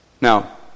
Now